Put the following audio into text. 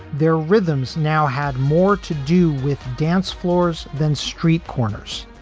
their rhythms now had more to do with dance floors than street corners.